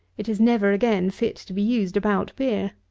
it is never again fit to be used about beer.